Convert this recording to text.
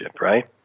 right